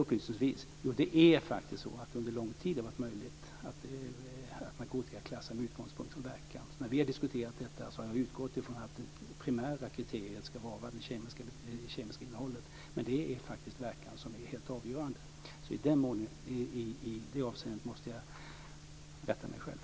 Upplysningsvis vill jag säga att det under lång tid har varit möjligt att narkotikaklassa med utgångspunkt från verkan. När vi har diskuterat det har jag utgått från att det primära kriteriet ska vara det kemiska innehållet. Men det är faktiskt verkan som är helt avgörande. I det avseendet måste jag rätta mig själv.